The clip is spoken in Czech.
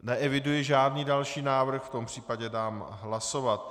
Neeviduji žádný další návrh, v tom případě dám hlasovat.